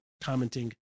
commenting